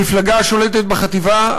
המפלגה השולטת בחטיבה,